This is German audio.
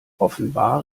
offenbar